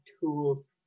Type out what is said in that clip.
tools